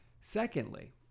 Secondly